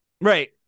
right